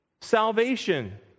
salvation